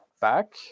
back